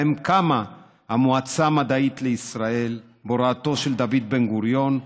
שבהם קמה המועצה המדעית לישראל בהוראתו של דוד בן-גוריון,